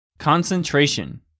Concentration